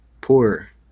Poor